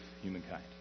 humankind